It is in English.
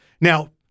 Now